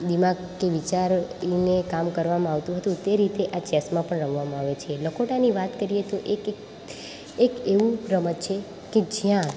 દિમાગથી વિચારીને કામ કરવામાં આવતું હતું તે રીતે આ ચેસમાં પણ રમવામાં આવે છે લખોટાની વાત કરીએ તો એક એક એક એવું રમત છે કે જ્યાં